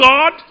God